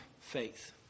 faith